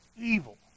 evil